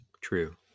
true